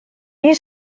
این